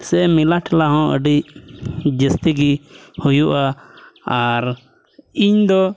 ᱢᱮᱞᱟ ᱴᱷᱮᱞᱟ ᱦᱚᱸ ᱟᱹᱰᱤ ᱡᱟᱹᱥᱛᱤ ᱜᱮ ᱦᱩᱭᱩᱜᱼᱟ ᱟᱨ ᱤᱧ ᱫᱚ